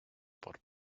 por